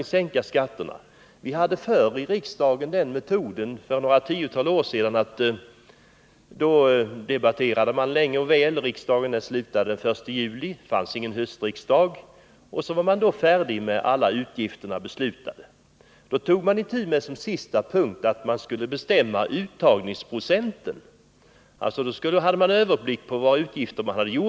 För några tiotal år sedan tillämpade vi i riksdagen den metoden att vi debatterade länge och väl — riksdagen slutade då den 1 juli, och vi hade ingen höstriksdag — tills alla beslut om utgifterna var fattade. Som sista punkt i det sammanhanget tog man itu med frågan om uttagningsprocenten. Då hade man överblick över storleken av de utgifter man beslutat om.